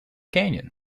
canyon